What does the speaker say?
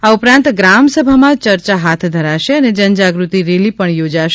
આ ઉપરાંત ગ્રામસભામાં ચર્ચા હાથ ધરાશે અને જનજાગૃતિ રેલી પણ યોજાશે